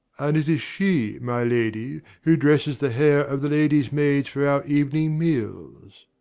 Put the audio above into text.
and it is she, my lady, who dresses the hair of the ladies'-maids for our evening meals.